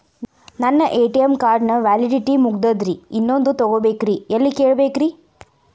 ನನ್ನ ATM card ನ validity ಮುಗದದ್ರಿ ಇನ್ನೊಂದು ತೊಗೊಬೇಕ್ರಿ ಎಲ್ಲಿ ಕೇಳಬೇಕ್ರಿ?